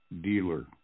dealer